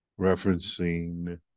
referencing